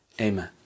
amen